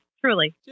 truly